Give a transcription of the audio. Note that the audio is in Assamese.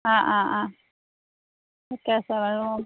অঁ অঁ অঁ ঠিকে আছে বাৰু